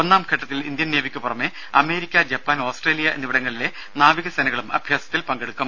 ഒന്നാംഘട്ടത്തിൽ Indian നേവിക്കു പുറമെ America Japan Australia എന്നിവിടങ്ങളിലെ നാവിക സേനകളും അഭ്യാസത്തിൽ പങ്കെടുക്കും